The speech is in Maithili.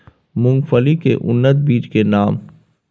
मूंगफली के उन्नत बीज के नाम?